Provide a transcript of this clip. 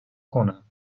کنم